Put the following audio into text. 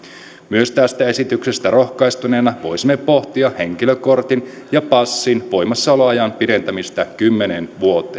myös tästä esityksestä rohkaistuneena voisimme pohtia henkilökortin ja passin voimassaoloajan pidentämistä kymmeneen